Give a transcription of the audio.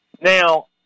Now